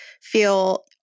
feel